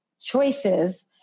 choices